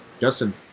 Justin